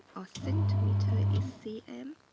our centimeter is cm,